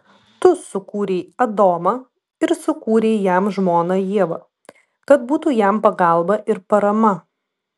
tu sukūrei adomą ir sukūrei jam žmoną ievą kad būtų jam pagalba ir parama